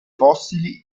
fossili